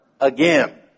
again